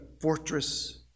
fortress